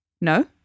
No